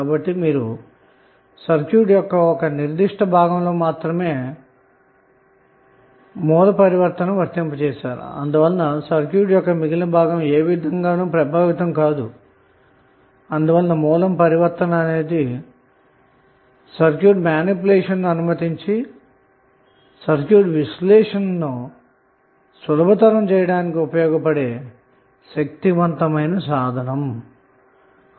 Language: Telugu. కాబట్టి సర్క్యూట్ లోని ఒక నిర్దిష్ట భాగంలో మాత్రమే సోర్స్ ట్రాన్సఫార్మషన్ వర్తింపచేయుట వలన సర్క్యూట్ లోని మిగిలిన భాగం ఏవిధంగానూ ప్రభావితం కాదు అందువలనే సోర్స్ ట్రాన్సఫార్మషన్ అన్నది సర్క్యూట్ మానిప్యులేషన్ ద్వారా సర్క్యూట్ విశ్లేషణను సులభతరం చేసే శక్తివంతమైన సాధనం అన్నమాట